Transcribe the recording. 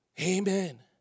Amen